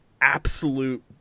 absolute